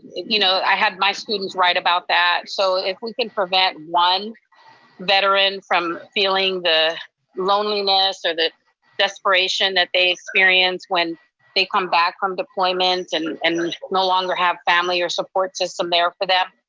you know i had my students write about that. so if we can prevent one veteran from feeling the loneliness or that desperation that they experience when they come back from deployment and and no longer have family or support system there for them,